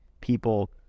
people